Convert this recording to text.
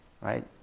right